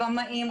במאים,